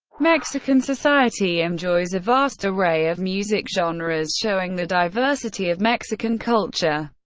mexican society enjoys a vast array of music genres, showing the diversity of mexican culture.